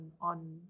on